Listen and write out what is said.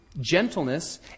gentleness